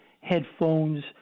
headphones